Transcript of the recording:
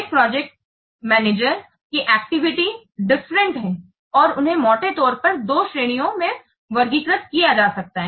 एक project manager की activity different हैं और उन्हें मोटे तौर पर दो श्रेणियों में वर्गीकृत किया जा सकता है